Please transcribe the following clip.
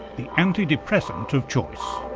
the antidepressant of choice.